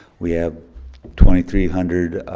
we have twenty three hundred